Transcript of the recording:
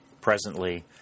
Presently